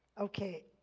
Okay